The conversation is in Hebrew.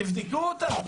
תבדקו אותן.